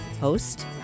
Host